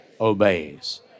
obeys